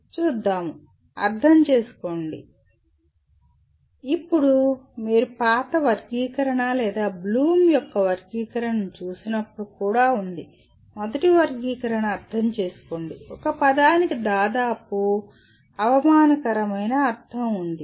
అర్థం చేసుకోండిఅండర్స్టాండ్ ఇప్పుడు మీరు పాత వర్గీకరణ లేదా బ్లూమ్ యొక్క వర్గీకరణ చూసినప్పుడు కూడా ఉంది మొదటి వర్గీకరణ అర్థం చేసుకోండి ఒక పదానికి దాదాపు అవమానకరమైన అర్ధం ఉంది